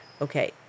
okay